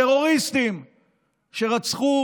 טרוריסטים שרצחו